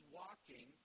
walking